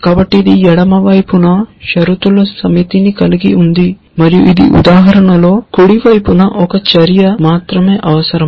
కాబట్టి ఇది ఎడమ వైపున షరతుల సమితిని కలిగి ఉంది మరియు ఈ ఉదాహరణలో కుడి వైపున ఒక చర్య మాత్రమే అవసరం